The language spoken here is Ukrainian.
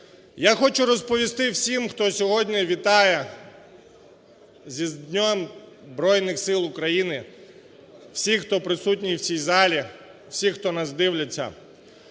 Я хочу розповісти всім, хто сьогодні вітає з Днем Збройних Сил України, всім, хто присутній в цій залі, всім хто нас дивиться,